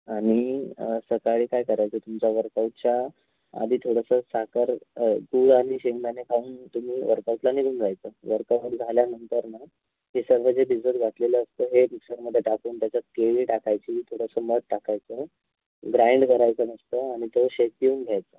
आणि सकाळी काय करायचं तुमचा वर्कआउटच्या आधी थोडंसं साखर गूळ आणि शेंगदाणे खाऊन तुम्ही वर्कआउटला निघून जायचं वर्कआउट झाल्यानंतर ना हे सर्व जे भिजत घातलेलं असतं हे मिक्सरमध्ये टाकून त्याच्यात केळी टाकायची थोडंसं मध टाकायचं ग्राइंड करायचं नुसतं आणि तो शेक पिऊन घ्यायचा